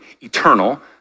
eternal